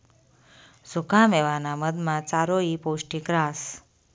सुखा मेवाना मधमा चारोयी पौष्टिक रहास